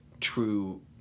true